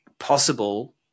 possible